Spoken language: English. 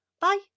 Bye